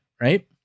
right